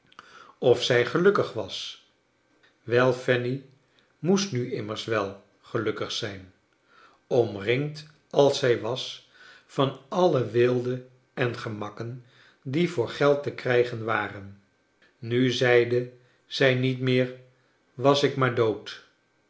of zij gelukkig was wel fanny moest nu immers wel gelukkig zijn oniringd als zij was van alle weelde en gernakken die voor geld te krijgen waren nu zeide zij niet meer was ik maar dood